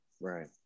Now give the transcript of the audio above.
Right